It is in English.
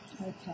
Okay